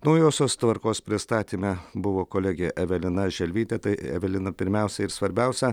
naujosios tvarkos pristatyme buvo kolegė evelina želvytė tai evelina pirmiausia ir svarbiausia